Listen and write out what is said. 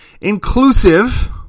inclusive